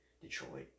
Detroit